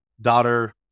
daughter